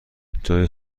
جای